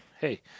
Hey